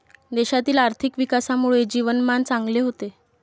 देशातील आर्थिक विकासामुळे जीवनमान चांगले होते